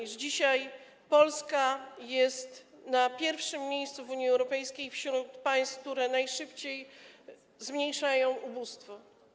iż dzisiaj Polska jest na pierwszym miejscu w Unii Europejskiej wśród państw, które najszybciej zmniejszają ubóstwo.